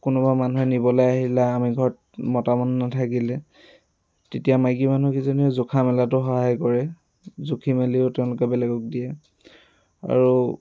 কোনোবা মানুহে নিবলৈ আহিলে আমি ঘৰত মতা মানুহ নাথাকিলে তেতিয়া মাইকী মানুহ কিজনীয়ে জোখা মেলাতো সহায় কৰে জুখি মেলিও তেওঁলোকে বেলেগক দিয়ে আৰু